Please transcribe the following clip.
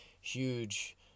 huge